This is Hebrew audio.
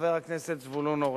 וחבר הכנסת זבולון אורלב.